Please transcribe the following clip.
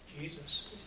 Jesus